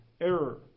error